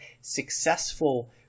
successful